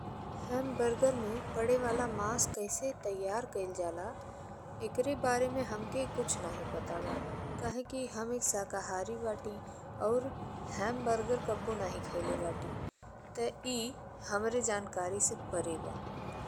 हेम burger में पड़े वाला मांस कैसे तैयार कइल जाला एकरे बारे में हमके कुछ नहीं पता बा। काहे कि हम एक शाकाहारी बाटी और हेम बर्गर कब्बो नहीं खइले बानी। ते ई हमरे जानकारी से परे बा।